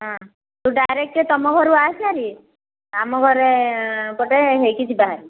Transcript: ହଁ ତୁ ଡାଇରେକ୍ଟ ତମ ଘରୁ ଆସେ ହେରି ଆମ ଘରେ ପଟେ ହେଇକି ଯିବା ହେରି